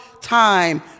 time